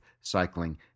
cycling